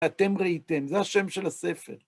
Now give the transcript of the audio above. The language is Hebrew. אתם ראיתם, זה השם של הספר.